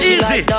Easy